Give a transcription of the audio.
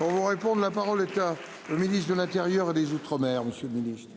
On vous répondre. La parole est à. Le ministre de l'Intérieur et des Outre-mer. Monsieur le Ministre.